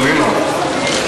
חלילה,